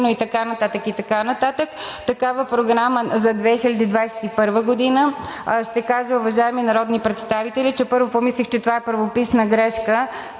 и така нататък и така нататък. Такава програма за 2021 г. ще кажа, уважаеми народни представители, първо помислих, че това е правописна грешка,